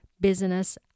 business